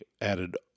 added